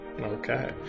Okay